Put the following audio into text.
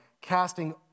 casting